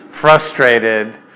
frustrated